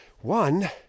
One